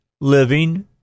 living